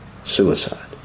Suicide